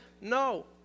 No